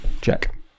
check